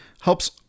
helps